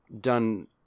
done